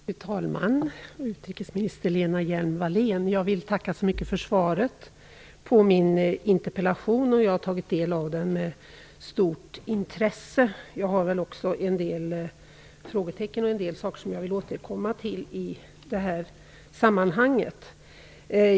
Fru talman! Utrikesminister Lena Hjelm-Wallén! Jag vill tacka för svaret på min interpellation. Jag har tagit del av den med stort intresse. Jag har väl också en del frågetecken, och jag vill återkomma till en del saker i det här sammanhanget.